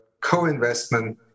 co-investment